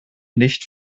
nicht